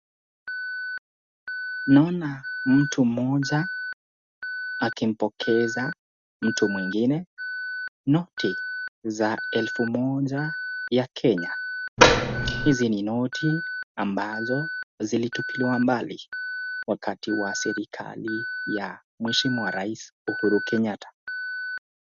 Naona mtu mmoja akimpokeza mtu mwingine noti za elfu moja ya Kenya, hizi ni noti ambazo zilitubiliwa mbali wakati wa serikali ya mheshimiwa rais Uhuru Kenyatta.